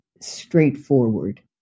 straightforward